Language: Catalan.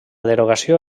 derogació